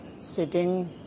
sitting